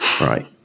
Right